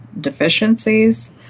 deficiencies